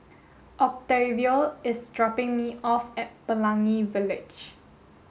Octavio is dropping me off at Pelangi Village